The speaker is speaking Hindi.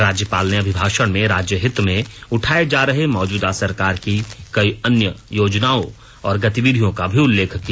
राज्यपाल ने अभिभाषण में राज्यहित में उठाये जा रहे मौजूदा सरकार की कई अन्य योजनाओं और गतिविधियों का भी उल्लेख किया